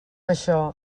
això